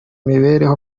mibereho